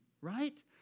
right